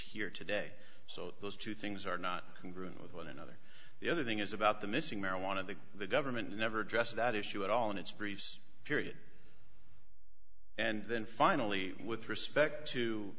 here today so those two things are not can groom with one another the other thing is about the missing marijuana that the government never addressed that issue at all and it's briefs period and then finally with respect to